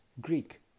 Greek